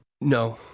No